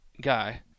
guy